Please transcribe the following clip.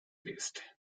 list